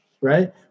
right